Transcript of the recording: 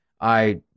I-